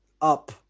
up